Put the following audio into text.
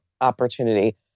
opportunity